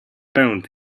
pęd